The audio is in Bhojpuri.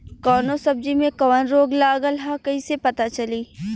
कौनो सब्ज़ी में कवन रोग लागल ह कईसे पता चली?